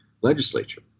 legislature